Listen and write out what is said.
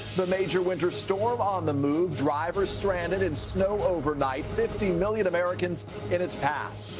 the major, winter storm on the move. drivers, stranded in snow overnight. fifty million americans in its path.